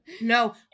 no